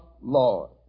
Lord